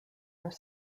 are